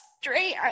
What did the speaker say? straight